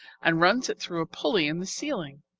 and runs it through a pulley in the ceiling.